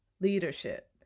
leadership